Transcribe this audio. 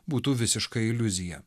būtų visiška iliuzija